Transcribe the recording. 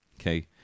okay